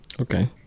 Okay